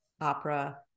opera